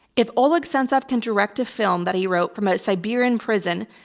if oleg sentsov can direct a film that he wrote from a siberian prison,